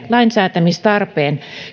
lainsäätämistarpeen